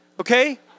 okay